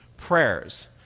prayers